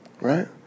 right